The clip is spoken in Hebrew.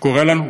שקורא לנו,